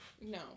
No